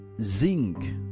zinc